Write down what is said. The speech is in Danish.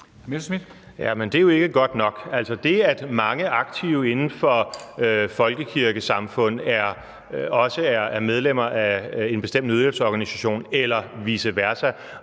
det er jo ikke godt nok. Det, at mange aktive inden for folkekirkesamfund også er medlemmer af en bestemt nødhjælpsorganisation eller vice versa,